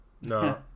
No